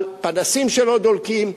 על פנסים שלא דולקים.